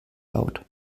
laut